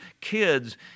kids